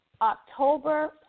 October